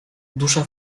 dusza